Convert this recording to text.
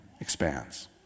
expands